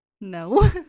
no